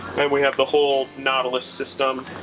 and we have the whole nautilus system,